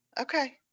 Okay